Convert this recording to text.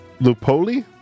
Lupoli